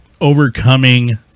overcoming